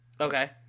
Okay